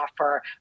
offer